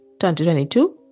2022